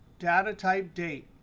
data type date.